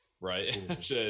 right